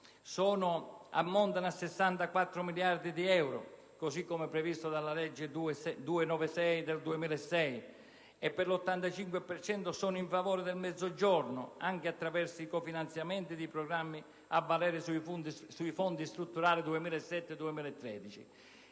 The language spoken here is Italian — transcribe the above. oggi ammontano a 64 miliardi di euro, così come previsto dalla legge n. 296 del 2006, e per l'85 per cento sono in favore del Mezzogiorno, anche attraverso i cofinanziamenti dei programmi a valere sui fondi strutturali 2007-2013.